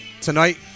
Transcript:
tonight